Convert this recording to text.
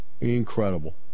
Incredible